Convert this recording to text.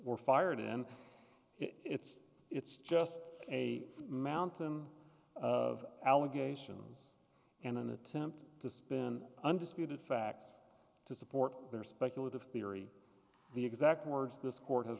fired and it's it's just a mountain of allegations and an attempt to spin undisputed facts to support their speculative theory the exact words this court has